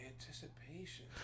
anticipation